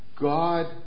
God